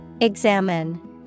Examine